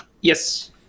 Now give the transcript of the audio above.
Yes